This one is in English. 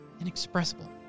inexpressible